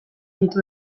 ditu